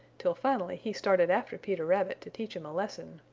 till finally he started after peter rabbit to teach him a lesson.